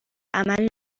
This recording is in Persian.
عمل